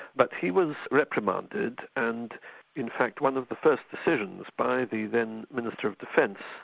but he was reprimanded and in fact one of the first decisions by the then minister of defence,